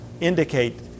indicate